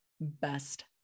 best